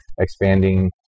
expanding